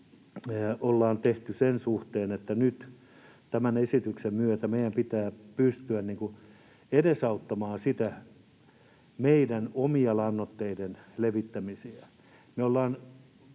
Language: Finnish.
ollaan tehty sen suhteen, että nyt tämän esityksen myötä meidän pitää pystyä edesauttamaan sitä meidän omien lannoitteiden levittämistä.